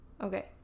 Okay